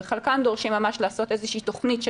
חלקם דורשים ממש לעשות איזושהי תוכנית של